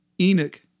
Enoch